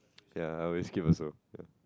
ya we skip also